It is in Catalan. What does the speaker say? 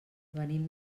venim